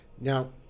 Now